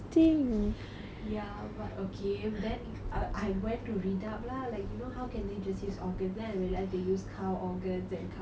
ya but okay then uh I went to read up lah like you know how can they just use organs then I realise they used cow organs and cow blood